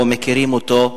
או מכירים אותו.